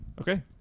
okay